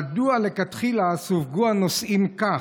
מדוע לכתחילה סווגו הנוסעים כך,